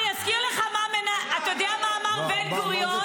אני אזכיר לך, אתה יודע מה אמר בן-גוריון?